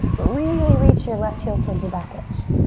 really reach your left heel towards the back edge.